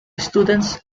students